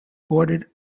bordered